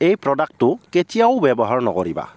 এই প্ৰডাক্টটো কেতিয়াও ব্যৱহাৰ নকৰিবা